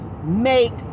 Make